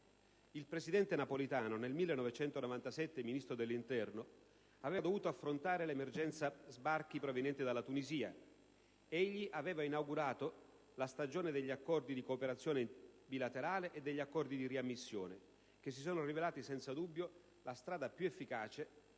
Il presidente Napolitano, nel 1997 ministro dell'interno, aveva dovuto affrontare l'emergenza sbarchi proveniente dalla Tunisia. Egli aveva inaugurato la stagione degli accordi di cooperazione bilaterale e degli accordi di riammissione che si sono rivelati, senza dubbio, la strada più efficace